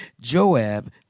Joab